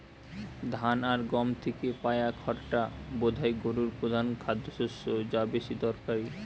ধান আর গম থিকে পায়া খড়টা বোধায় গোরুর পোধান খাদ্যশস্য যা বেশি দরকারি